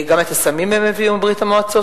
גם את הסמים הם הביאו מברית-המועצות,